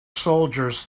soldiers